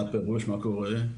מה פירוש מה קורה?